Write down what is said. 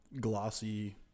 glossy